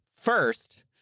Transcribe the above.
First